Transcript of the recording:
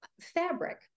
fabric